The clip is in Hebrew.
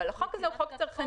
אבל החוק הזה הוא חוק צרכני,